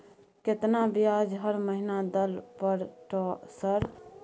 केतना ब्याज हर महीना दल पर ट सर?